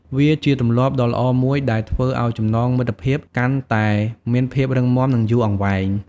វាជាទម្លាប់ដ៏ល្អមួយដែលធ្វើឲ្យចំណងមិត្តភាពកាន់តែមានភាពរឹងមាំនិងយូរអង្វែង។